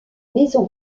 maison